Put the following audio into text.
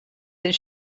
that